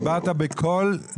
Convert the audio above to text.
דיברת בכל דיון,